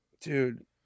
dude